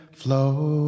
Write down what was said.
flow